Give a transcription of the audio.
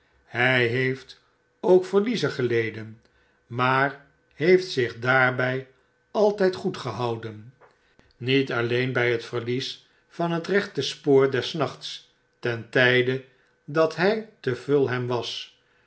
hy heeft ook verliezen geleden maar heeft zich daarby altijd goed gehouden niet alleen by het verlies van het recnte spoor des nachts ten tyde dat hy te fulham was